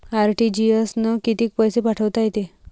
RTGS न कितीक पैसे पाठवता येते?